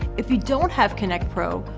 if you don't have kynect pro,